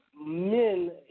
men